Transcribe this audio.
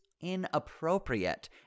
inappropriate